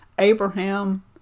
Abraham